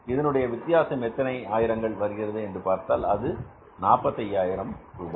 இதனுடைய வித்தியாசம் எத்தனை ஆயிரங்கள் வருகிறது என்று பார்த்தால் அது 45000 ரூபாய்